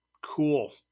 Cool